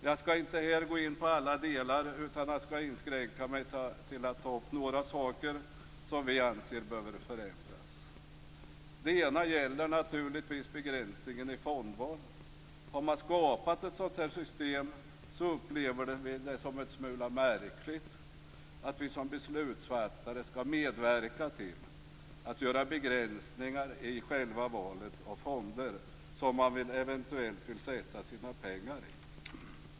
Jag skall inte gå in på alla delar, utan inskränka mig till att ta upp några saker som vi anser behöver förändras. Det ena gäller naturligtvis begränsningen i fondval. Har man skapat ett sådant här system upplever vi det som en smula märkligt att vi som beslutsfattare skall medverka till att göra begränsningar i själva valet av fonder som man eventuellt vill sätta sina pengar i.